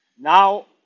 Now